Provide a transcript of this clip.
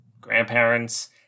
grandparents